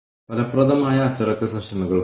ഒപ്പം ഓർഗനൈസേഷനും കേസെടുക്കും